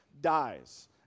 dies